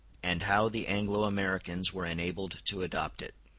and how the anglo-americans were enabled to adopt it.